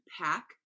pack